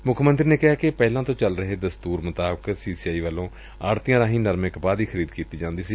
ਮੁੱਖ ਮੰਤਰੀ ਨੇ ਕਿਹੈ ਕਿ ਪਹਿਲਾਂ ਤੋਂ ਚੱਲ ਰਹੇ ਦਸਤੁਰ ਮੁਤਾਬਿਕ ਸੀ ਸੀ ਆਈ ਵੱਲੋਂ ਆੜਤੀਆਂ ਰਾਹੀਂ ਨਰਮੇ ਕਪਾਹ ਦੀ ਖਰੀਦ ਕੀਡੀ ਜਾਏ